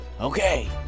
Okay